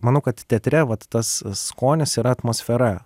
manau kad teatre vat tas skonis yra atmosfera